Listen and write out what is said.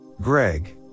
Greg